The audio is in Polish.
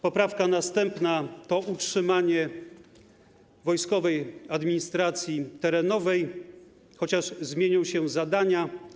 Poprawka następna to utrzymanie wojskowej administracji terenowej, chociaż zmienią się jej zadania.